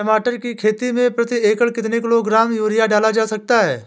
टमाटर की खेती में प्रति एकड़ कितनी किलो ग्राम यूरिया डाला जा सकता है?